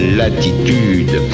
latitude